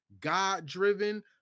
God-driven